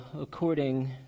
according